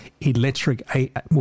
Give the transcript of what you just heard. electric